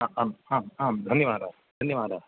आम् आम् आम् धन्यवादाः धन्यवादाः